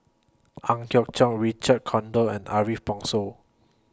Ang Hiong Chiok Richard Corridon and Ariff Bongso